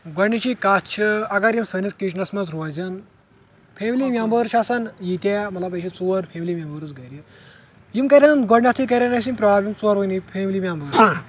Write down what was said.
گۄڈٕنچی کتھ چھِ اگر یِم سٲنِس کچنس منٛز روزَن فیملی ممبر چھِ آسان یِیتہٕ مطلب أسۍ چھِ ژور فیملی مٮ۪مبٲرٕس گرِ یِم کرِن گۄڈِٕنیٚتھی کرن أسہِ یِم پرابلِم ژوروٕنی فیملی مٮ۪مبرن